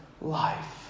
life